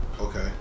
Okay